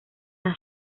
las